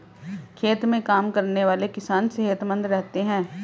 खेत में काम करने वाले किसान सेहतमंद रहते हैं